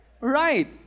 Right